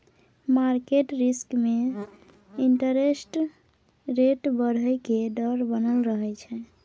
market risk में interest rate बढ़इ के डर बनल रहइ छइ